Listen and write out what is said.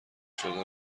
شده